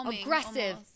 aggressive